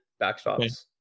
backstops